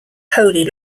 holy